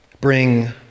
bring